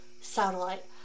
satellite